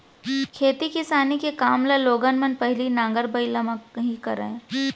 खेती किसानी के काम ल लोगन मन पहिली नांगर बइला म ही करय